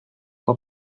for